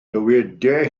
dywedai